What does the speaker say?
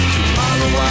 Tomorrow